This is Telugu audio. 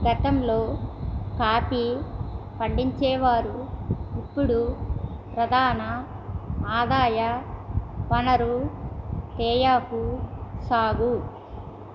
గతంలో కాఫీ పండించేవారు ఇప్పుడు ప్రధాన ఆదాయ వనరు తేయాకు సాగు